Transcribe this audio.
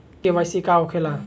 KYC का होखेला?